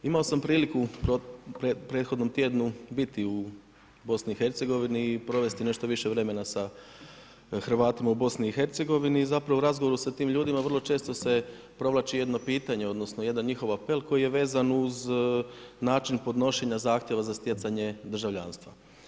Imao sam priliku u prethodnom tjednu biti u BiH-u i provesti nešto više vremena sa Hrvatima u BiH-u, zapravo u razgovoru sa tim ljudima, vrlo često se provlači jedno pitanje odnosno jedan njihov apel koji je vezan uz način podnošenja zahtjeva za stjecanje državljanstva.